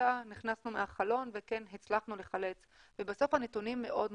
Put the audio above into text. שאילתה נכנסנו מהחלון וכן הצלחנו לחלץ ובסוף הנתונים מאוד מדאיגים.